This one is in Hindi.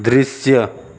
दृश्य